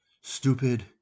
Stupid